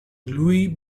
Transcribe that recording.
louis